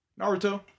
naruto